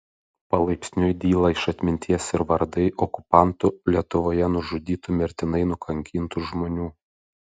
palaipsniui dyla iš atminties ir vardai okupantų lietuvoje nužudytų mirtinai nukankintų žmonių